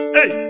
Hey